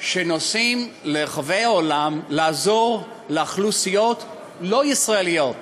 שנוסעים לרחבי העולם לעזור לאוכלוסיות לא ישראליות,